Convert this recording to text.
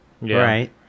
Right